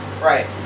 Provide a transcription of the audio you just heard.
Right